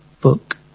book